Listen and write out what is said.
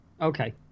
okay